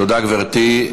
תודה, גברתי.